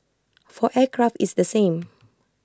for aircraft it's the same